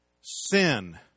sin